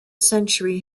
century